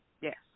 Yes